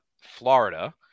Florida